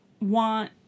want